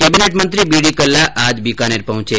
cabinet मंत्री BD Kalla आज बीकानेर पहंचे